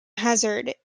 hazard